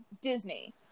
Disney